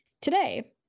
today